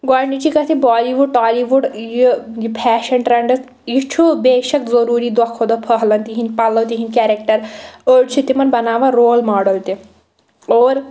گۄڈنِچی کَتھ یہِ بالی وُڈ ٹالی وُڈ یہِ فیشَن ٹرٛیٚنڈٕس یہِ چھُ بے شک ضٔروٗری دۄہ کھۄتہٕ دۄہ پھٔہلان تِہِنٛدۍ پَلو تِہِنٛدۍ کٮ۪رٮ۪کٹَر أڑۍ چھِ تِمَن بَناوان رول ماڈل تہِ اور